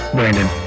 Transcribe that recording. Brandon